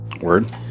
Word